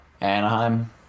Anaheim